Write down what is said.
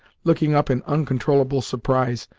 looking up in uncontrollable surprise,